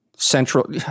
central